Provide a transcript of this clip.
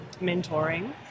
mentoring